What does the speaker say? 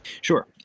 Sure